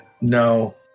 No